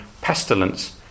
pestilence